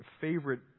favorite